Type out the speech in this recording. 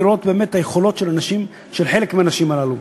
לראות באמת את היכולות של חלק מהאנשים הללו.